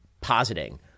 positing